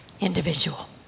individual